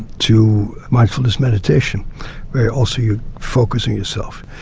to mindfulness meditation, where also you're focussing yourself.